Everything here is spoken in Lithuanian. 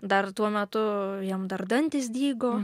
dar tuo metu jam dar dantys dygo